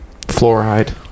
Fluoride